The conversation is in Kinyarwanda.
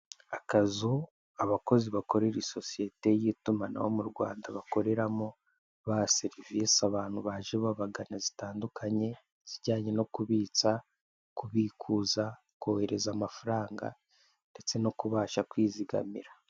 Akazu abakozi bakorera isosiyete y'itumanaho mu Rwanda bakoreramo baha serivise abantu baje babagana zitandukanye izijyanye no kubitsa, kubikuza, kohereza amafaranga ndetse no kubasha kwizigamira.